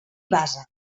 bassa